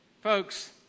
Folks